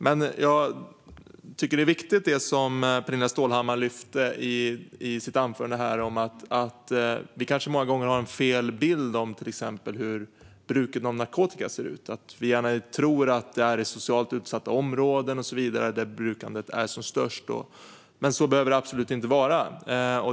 Men jag tror att det är riktigt, som Pernilla Stålhammar sa i sitt anförande, att vi många gånger har fel bild av hur bruket av narkotika ser ut. Vi tror gärna att det är i socialt utsatta områden och så vidare som brukandet är som störst, men så behöver det absolut inte vara.